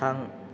थां